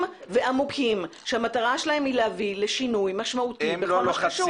ועמוקים שהמטרה שלהם היא להביא לשינוי משמעותי בכל הקשור.